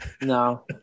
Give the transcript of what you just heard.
No